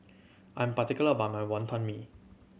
I'm particular about my Wonton Mee